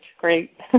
Great